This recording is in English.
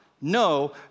no